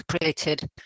created